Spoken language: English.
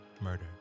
murder